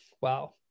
wow